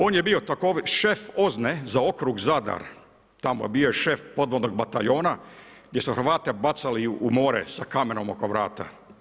On je bio šef OZNA-e za okrug Zadar, tamo je bio šef podvodnog bataljona gdje su Hrvate bacali u more sa kamenom oko vrata.